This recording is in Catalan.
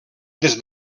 des